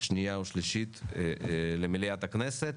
שנייה ושלישית למליאת הכנסת.